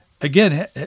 Again